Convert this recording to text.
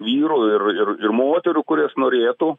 vyrų ir ir moterų kurios norėtų